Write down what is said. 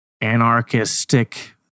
anarchistic